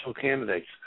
candidates